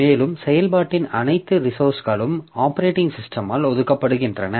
மேலும் செயல்பாட்டின் அனைத்து ரிசோர்ஸ்களும் ஆப்பரேட்டிங் சிஸ்டமால் ஒதுக்கப்படுகின்றன